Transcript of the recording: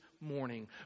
morning